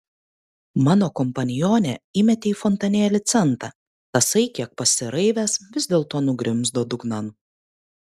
mano kompanionė įmetė į fontanėlį centą tasai kiek pasiraivęs vis dėlto nugrimzdo dugnan